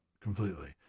completely